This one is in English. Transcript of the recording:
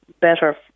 better